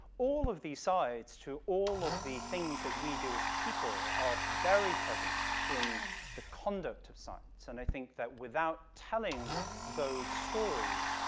all of these sides to all of the things that we do as people are very present in the conduct of science, and i think that without telling those stories,